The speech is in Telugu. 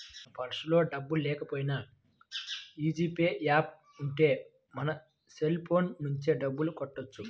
మన పర్సులో డబ్బుల్లేకపోయినా యీ జీ పే యాప్ ఉంటే మన సెల్ ఫోన్ నుంచే డబ్బులు కట్టొచ్చు